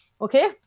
Okay